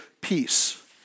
peace